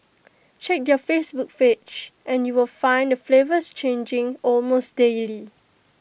check their Facebook page and you will find the flavours changing almost daily